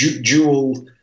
dual